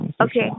Okay